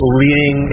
leading